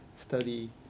study